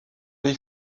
les